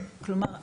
כלומר,